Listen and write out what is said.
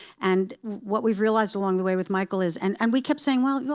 and what we've realized along the way with michael is and and we kept saying, well,